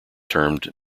termed